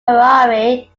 priory